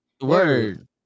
Word